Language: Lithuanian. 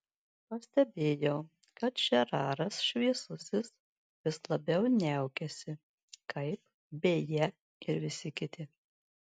pastebėjau kad žeraras šviesusis vis labiau niaukiasi kaip beje ir visi kiti